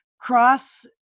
Cross